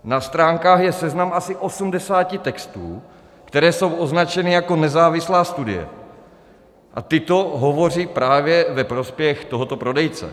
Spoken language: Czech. Na stránkách je seznam asi 80 textů, které jsou označeny jako nezávislá studie, a tyto hovoří právě ve prospěch tohoto prodejce.